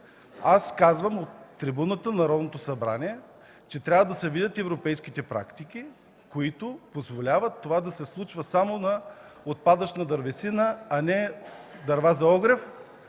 Казвам от трибуната на Народното събрание, че трябва да се видят европейските практики, които позволяват това да се случва само на отпадъчна дървесина, а не дърва за огрев,